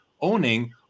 owning